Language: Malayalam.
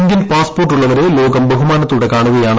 ഇന്ത്യൻ പാസ്പോർട്ട് ഉള്ളവരെ ലോകം ബഹുമാനത്തോടെ കാണുകയാണ്